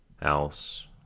else